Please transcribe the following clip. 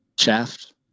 shaft